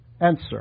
Answer